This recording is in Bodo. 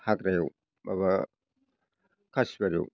हाग्रायाव माबा खासिबारियाव